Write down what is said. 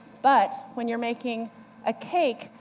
but when you're making a cake,